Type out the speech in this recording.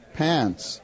pants